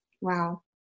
Wow